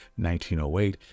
1908